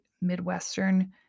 Midwestern